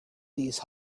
these